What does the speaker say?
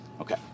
Okay